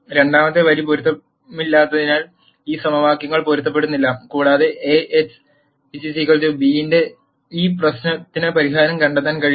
രണ്ടാമത്തെ വരി പൊരുത്തമില്ലാത്തതിനാൽ ഈ സമവാക്യങ്ങൾ പൊരുത്തപ്പെടുന്നില്ല കൂടാതെ A x b ന്റെ ഈ പ്രശ്നത്തിന് പരിഹാരം കണ്ടെത്താൻ കഴിയില്ല